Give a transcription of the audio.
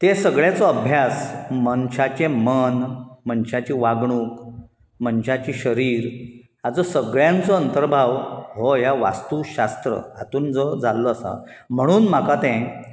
ते सगळ्याचो अभ्यास मनशाचें मन मनशाची वागणूक मनशाची शरीर हाजो सगळ्यांचो अंतरभाव हो ह्या वास्तूशास्त्त हातूंत जो जाल्लो आसा म्हणून म्हाका तें